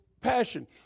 passion